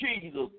Jesus